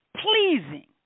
pleasing